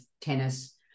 tennis